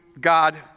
God